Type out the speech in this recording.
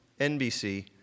NBC